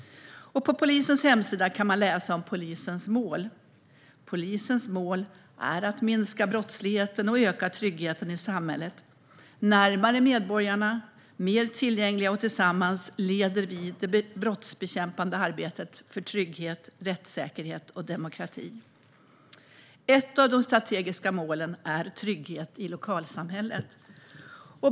På polisens hemsida kan man läsa om polisens mål. "Polisens mål är att minska brottsligheten och öka tryggheten i samhället." "Närmare medborgarna, mer tillgängliga och tillsammans leder vi det brottsbekämpande arbetet för trygghet, rättssäkerhet och demokrati." Ett av de strategiska målen är trygghet i lokalsamhället.